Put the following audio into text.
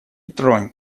тронь